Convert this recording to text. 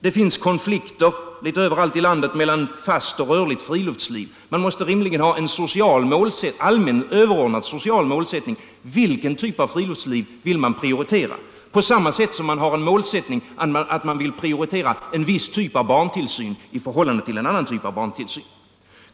Det finns konflikter litet varstans i landet mellan fast och rörligt friluftsliv. Man måste rimligen ha en allmän överordnad social målsättning som gäller vilken typ av friluftsliv man vill prioritera, på samma sätt som man har en målsättning som säger att man vill prioritera en viss typ av barntillsyn i förhållande till en annan typ av barntillsyn.